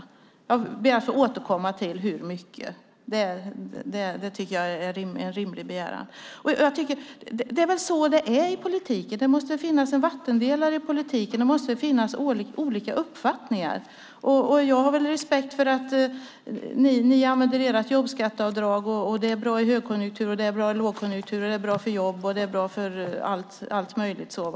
Hur mycket ber jag att få återkomma till; det tycker jag är en rimlig begäran. I politiken måste det väl få finnas en vattendelare; det måste få finnas olika uppfattningar. Jag har väl respekt för att ni använder er av jobbskatteavdrag och för ert tal om att det är bra i både hög och lågkonjunktur, bra för jobben och allt möjligt annat.